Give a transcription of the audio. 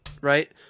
right